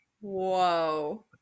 whoa